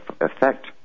effect